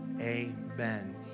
Amen